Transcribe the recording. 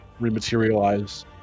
rematerialize